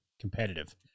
Competitive